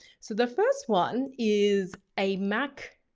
so the first one is a mac